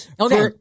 Okay